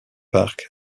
park